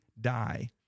die